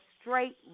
straight